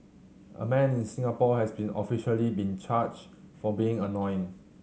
a man in Singapore has been officially been charged for being annoying